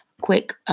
quick